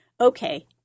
okay